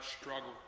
struggle